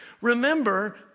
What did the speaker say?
Remember